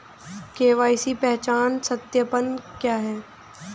KYC पहचान सत्यापन क्या है?